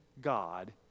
God